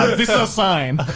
this is a sign.